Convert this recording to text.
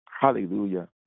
Hallelujah